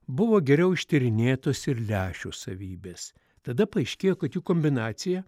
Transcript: buvo geriau ištyrinėtos ir lęšių savybės tada paaiškėjo kad jų kombinacija